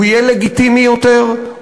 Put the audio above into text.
הוא יהיה לגיטימי יותר,